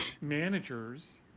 managers